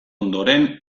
ondoren